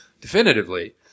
definitively